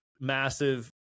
massive